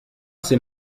ces